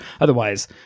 otherwise